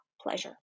pleasure